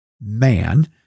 man